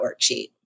worksheet